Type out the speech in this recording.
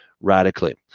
radically